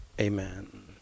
Amen